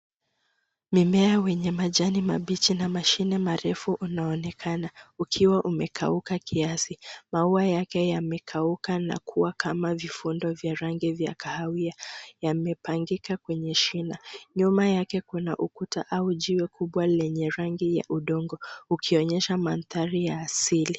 Mimea wenye majani mabichi na mashine marefu unaonekana ukiwa umekauka kiasi. Maua yake yamekauka na kuwa kama vifundo vya rangi vya kahawia yamepangika kwenye shina. Nyuma yake kuna ukuta au jiwe kubwa lenye rangi ya udongo ukionyesha mandhari ya asili.